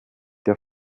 der